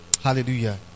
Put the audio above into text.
Hallelujah